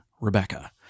Rebecca